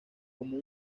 como